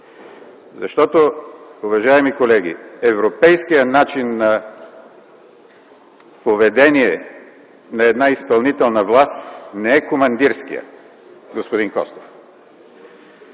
Уважаеми колеги, европейският начин на поведение на една изпълнителна власт не е командирският, господин Костов.